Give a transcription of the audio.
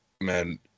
man